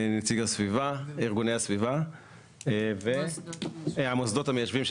נציג ארגוני הסביבה והמוסדות המיישבים,